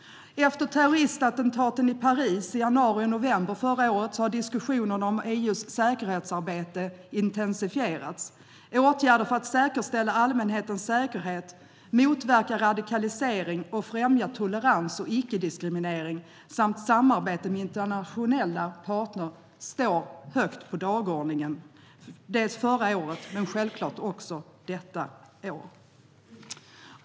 Efter terroristattentaten i Paris i januari och november förra året har diskussionen om EU:s säkerhetsarbete intensifierats. Åtgärder för att säkerställa allmänhetens säkerhet, motverka radikalisering, främja tolerans och icke-diskriminering samt samarbete med internationella partner stod högt på dagordningen förra året och självklart också i år. Fru talman!